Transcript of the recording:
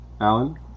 Alan